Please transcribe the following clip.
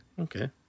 Okay